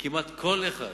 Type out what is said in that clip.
וכמעט כל אחד,